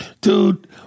Dude